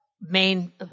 main